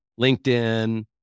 LinkedIn